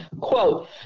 quote